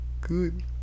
good